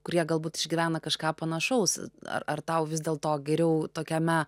kurie galbūt išgyvena kažką panašaus ar ar tau vis dėl to geriau tokiame